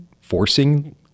forcing